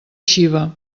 xiva